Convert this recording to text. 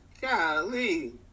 golly